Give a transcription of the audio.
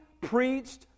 preached